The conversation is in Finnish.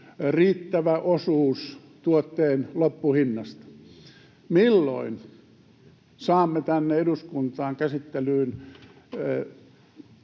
riittävä osuus tuotteen loppuhinnasta. Milloin saamme tänne eduskuntaan käsittelyyn